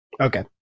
okay